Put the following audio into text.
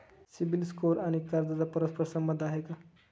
CIBIL score आणि कर्जाचा परस्पर संबंध आहे का?